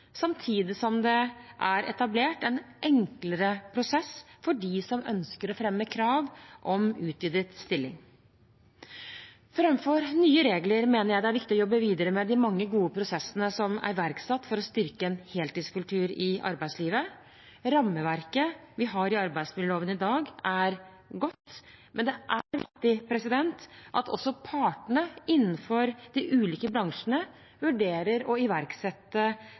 samtidig som det er etablert en enklere prosess for dem som ønsker å fremme krav om utvidet stilling. Framfor nye regler mener jeg det er viktig å jobbe videre med de mange gode prosessene som er iverksatt for å styrke en heltidskultur i arbeidslivet. Rammeverket vi har i arbeidsmiljøloven i dag, er godt, men det er viktig at også partene innenfor de ulike bransjene vurderer å iverksette